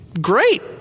Great